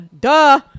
duh